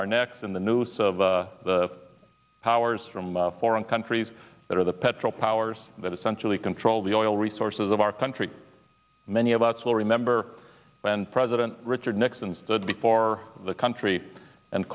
our necks in the noose of the powers from foreign countries that are the petro powers that essentially control the oil resources of our country many of us will remember when president richard nixon stood before the country and